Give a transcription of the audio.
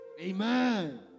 Amen